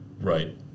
Right